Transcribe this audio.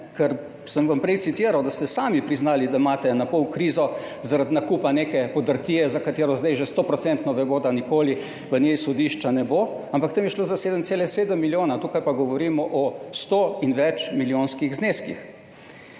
Ker sem vam prej citiral, da ste sami priznali, da imate napol krizo zaradi nakupa neke podrtije, za katero zdaj že stoprocentno vemo, da nikoli v njej sodišča ne bo, ampak tam je šlo za 7,7 milijona, tukaj pa govorimo o sto- in več milijonskih zneskih.